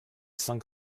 cinq